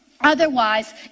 Otherwise